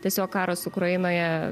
tiesiog karas ukrainoje